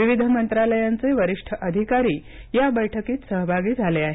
विविध मंत्रालयांचे वरिष्ठ अधिकारी या बैठकीत सहभागी झाले आहेत